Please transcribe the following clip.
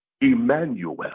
Emmanuel